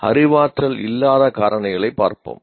அறிவாற்றல் இல்லாத காரணிகளைப் பார்ப்போம்